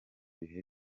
bihe